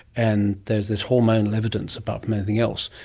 and there's this hormonal evidence, apart from anything else,